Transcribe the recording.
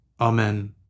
Amen